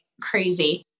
crazy